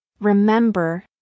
Remember